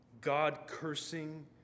God-cursing